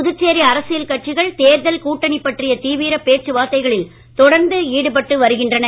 புதுச்சேரி அரசியல் கட்சிகள் தேர்தல் கூட்டணி பற்றிய தீவிரப் பேச்சுவார்த்தைகளில் தொடர்ந்து ஈடுபட்டு வருகின்றன